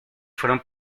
fueron